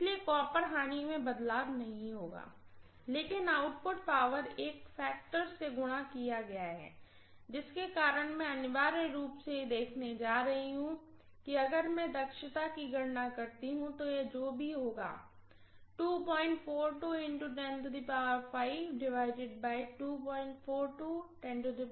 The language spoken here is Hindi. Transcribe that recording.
इसलिए कॉपर लॉस में बदलाव नहीं होगा लेकिन आउटपुट पावर एक फैक्टर से गुणा किया गया है जिसके कारण मैं अनिवार्य रूप से यह देखने जा रही हूँ कि अगर मैं दक्षता की गणना करती हूँ तो यह होगा जो भी हो